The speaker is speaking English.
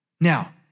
Now